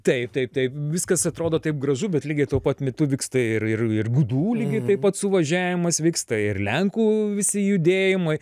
taip taip tai viskas atrodo taip gražu bet lygiai tuo pat metu vyksta ir ir gudų lygiai taip pat suvažiavimas vyksta ir lenkų visi judėjimai